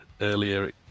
earlier